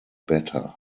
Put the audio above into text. better